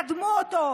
קדמו אותו.